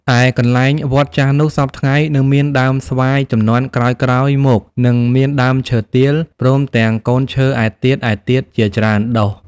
ឯកន្លែងវត្តចាស់នោះ សព្វថ្ងៃ នៅមានដើមស្វាយជំនាន់ក្រោយៗ មក និងមានដើមឈើទាល ព្រមទាំងកូនឈើឯទៀតៗជាច្រើនដុះ ។